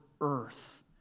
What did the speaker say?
earth